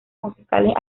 musicales